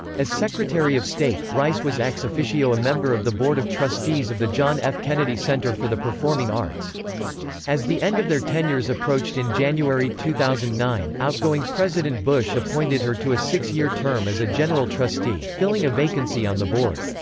as secretary of state, rice was ex officio a member of the board of trustees of the john f. kennedy center for the performing arts as the end of their tenures approached in january two thousand and nine, outgoing president bush appointed her to a six-year term as a general trustee, filling a vacancy on the board.